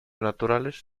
naturales